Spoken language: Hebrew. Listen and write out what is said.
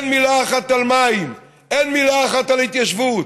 אין מילה אחת על מים, אין מילה אחת על התיישבות.